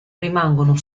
rimangono